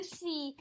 see